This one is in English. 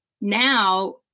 now